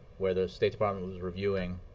where the state department was reviewing